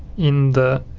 in the